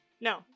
no